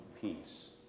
peace